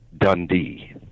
Dundee